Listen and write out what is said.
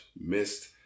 missed